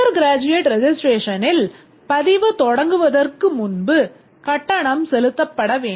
Under graduate registrationல் பதிவு தொடங்குவதற்கு முன்பு கட்டணம் செலுத்தப்பட வேண்டும்